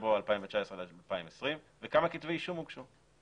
פברואר 2019 לפברואר 2020 וכמה כתבי אישום הוגשו.